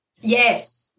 Yes